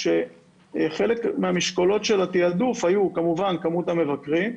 כשחלק מהמשקולות של התיעדוף היו כמובן כמות המבקרים,